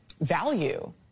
value